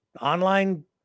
online